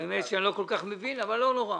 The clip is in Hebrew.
האמת היא שאני לא כל כך מבין אבל לא נורא.